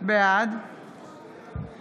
בעד